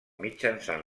mitjançant